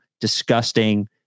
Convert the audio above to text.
disgusting